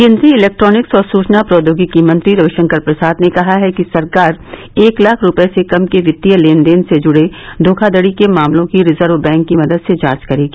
केन्द्रीय इलेक्ट्रोनिक्स और सूचना प्रौद्योगिकी मंत्री रवि शंकर प्रसाद ने कहा है कि सरकार एक लाख रूपये से कम के वित्तीय लेन देनों से जुड़े धोखाधडी के मामलों की रिजर्व बैंक की मदद से जांच करेगी